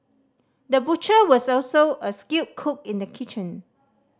the butcher was also a skilled cook in the kitchen